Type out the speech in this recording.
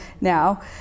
now